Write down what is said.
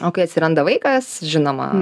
o kai atsiranda vaikas žinoma